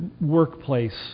workplace